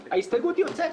ההסתייגות יוצאת,